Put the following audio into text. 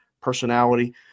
personality